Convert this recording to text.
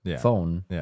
phone